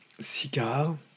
SICAR